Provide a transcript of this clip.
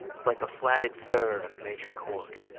like a flatted third on a major chord.